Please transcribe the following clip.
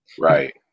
Right